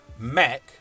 Mac